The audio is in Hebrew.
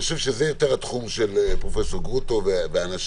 אני חושב שזה יותר התחום של פרופ' גרוטו ואנשיו,